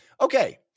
Okay